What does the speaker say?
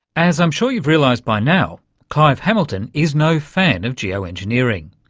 as i'm sure you've realised by now, clive hamilton, is no fan of geo-engineering.